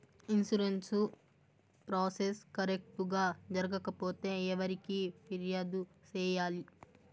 insurance process correct గా జరగకపోతే ఎవరికి ఫిర్యాదు సేయాలి